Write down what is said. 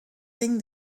thing